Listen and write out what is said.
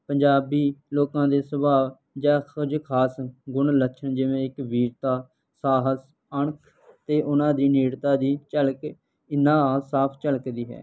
ਪੰਜਾਬੀ ਲੋਕਾਂ ਦੇ ਸੁਭਾਅ ਜਾਂ ਕੁਝ ਖਾਸ ਗੁਣ ਲੱਛਣ ਜਿਵੇਂ ਇੱਕ ਵੀਰਤਾ ਸਾਹਸ ਅਣਖ ਅਤੇ ਉਹਨਾਂ ਦੀ ਨੇੜਤਾ ਦੀ ਝਲਕ ਇਹਨਾਂ ਸਾਫ ਝਲਕਦੀ ਹੈ